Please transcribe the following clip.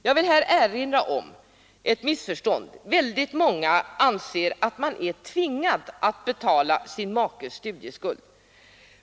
Jag vill här erinra om ett missförstånd. Många tror att man är tvingad att betala sin makes studieskuld.